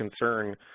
concern